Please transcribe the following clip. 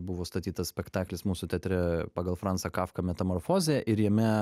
buvo statytas spektaklis mūsų teatre pagal francą kafką metamorfozė ir jame